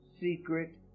secret